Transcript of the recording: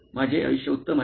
माझे आयुष्य उत्तम आहे